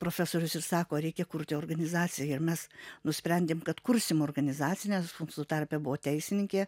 profesorius ir sako reikia kurti organizaciją ir mes nusprendėm kad kursim organizaciją nes mūsų tarpe buvo teisininkė